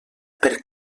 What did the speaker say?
per